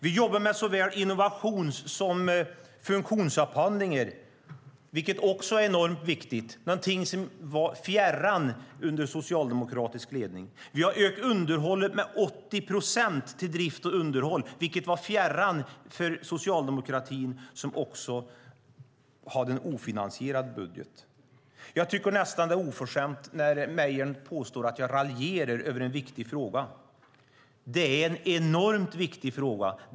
Vi jobbar med såväl innovations som funktionsupphandlingar, vilket också är enormt viktigt. Det är något som var fjärran under socialdemokratisk ledning. Vi har ökat underhållet med 80 procent till drift och underhåll, vilket var fjärran för socialdemokratin, som också hade en ofinansierad budget. Jag tycker nästan att det är oförskämt när Mejern påstår att jag raljerar över en viktig fråga. Det är en enormt viktig fråga.